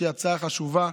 שהיא הצעה חשובה,